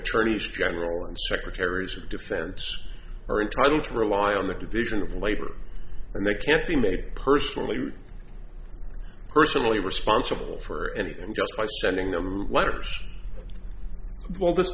attorneys general and secretaries of defense are entitled to rely on the division of labor and they can't be made personally personally responsible for anything just by sending them letters while this